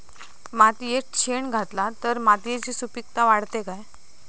मातयेत शेण घातला तर मातयेची सुपीकता वाढते काय?